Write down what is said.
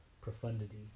profundity